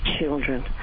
children